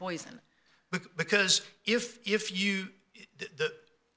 poison because if if you that